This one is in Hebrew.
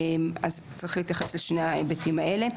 אז צריך להתייחס לשני ההיבטים האלה,